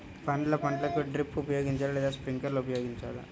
పండ్ల పంటలకు డ్రిప్ ఉపయోగించాలా లేదా స్ప్రింక్లర్ ఉపయోగించాలా?